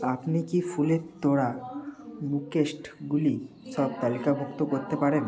আপনি কি ফুলের তোড়া রিকোয়েস্টগুলি সব তালিকাভুক্ত করতে পারেন